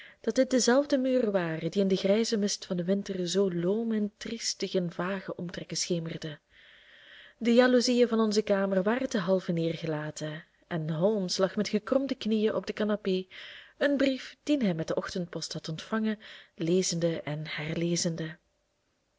dat dit dezelfde muren waren die in den grijzen mist van den winter zoo loom en triestig in vage omtrekken schemerden de jaloezieën van onze kamer waren ten halve neergelaten en holmes lag met gekromde knieën op de canapé een brief dien hij met de ochtendpost had ontvangen lezende en herlezende